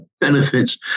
benefits